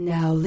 Now